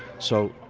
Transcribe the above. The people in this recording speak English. so,